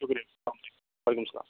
شُکریہ اسلام علیکُم وعلیکُم سلام